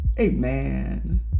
Amen